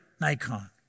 Nikon